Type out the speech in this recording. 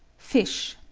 fish.